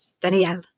Danielle